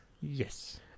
Yes